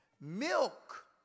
Milk